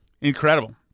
Incredible